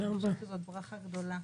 אני חושבת שזאת ברכה גדולה.